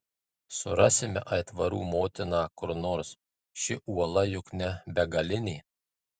surasime aitvarų motiną kur nors ši uola juk ne begalinė